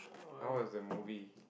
how was the movie